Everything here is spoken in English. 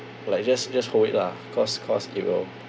like just just hold it lah cause cause it will